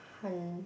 hund~